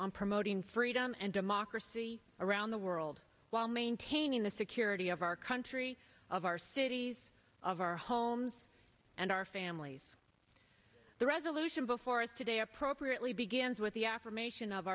on promoting freedom and democracy around the world while maintaining the security of our country of our cities of our homes and our families the resolution before us today appropriately begins with the affirmation of